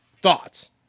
Thoughts